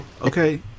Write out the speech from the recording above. Okay